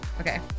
Okay